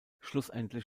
schlussendlich